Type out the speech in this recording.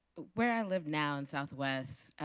where i live now in southwest,